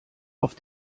auf